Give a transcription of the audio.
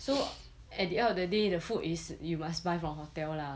so at the end of the day the food is you must buy from hotel lah